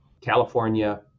California